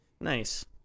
Nice